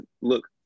look